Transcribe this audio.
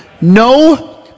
No